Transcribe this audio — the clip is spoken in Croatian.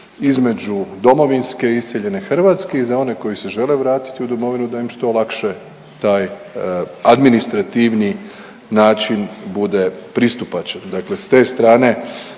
između domovinske i iseljene Hrvatske i za one koji se žele vratiti u Domovinu da im što lakše taj administrativni način bude pristupačan. Dakle, sa te strane